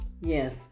Yes